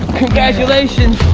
congratulations!